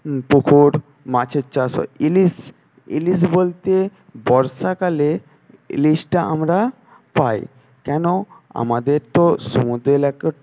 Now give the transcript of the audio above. পুকুর মাছের চাষ হয় ইলিশ ইলিশ বলতে বর্ষাকালে ইলিশটা আমরা পাই কেন আমাদের তো সমুদ্র এলাকা